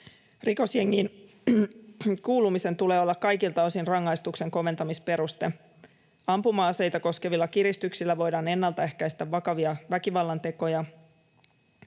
Rikosjengiin kuulumisen tulee olla kaikilta osin rangaistuksen koventamisperuste. Ampuma-aseita koskevilla kiristyksillä voidaan ennaltaehkäistä vakavia väkivallantekoja.